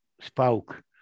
spoke